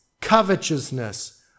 covetousness